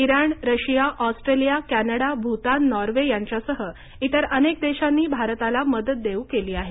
Iran Russia Australia Canada Bhutan Norway यांच्यासह इतर अनेक देशांनी भारताला मदत देऊ केली आहे